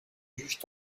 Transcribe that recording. juge